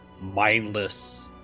mindless